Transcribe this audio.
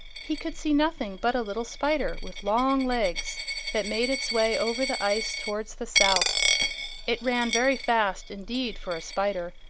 he could see nothing but a little spider with long legs that made its way over the ice towards the south it ran very fast indeed for a spider,